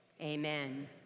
amen